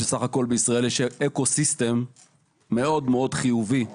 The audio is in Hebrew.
שבסך הכול יש במדינת ישראל Eco System מאוד מאוד חיובי וטוב,